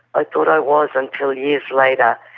i thought i was until years later,